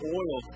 oil